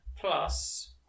plus